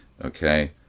Okay